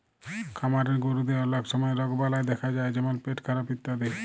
খামারের গরুদের অলক সময় রগবালাই দ্যাখা যায় যেমল পেটখারাপ ইত্যাদি